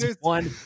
One